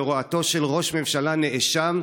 בהוראתו של ראש ממשלה נאשם,